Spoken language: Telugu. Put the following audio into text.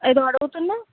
ఎదో అడుగుతున్నావు